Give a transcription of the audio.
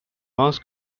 mass